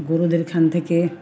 গরুদের এখান থেকে